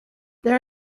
there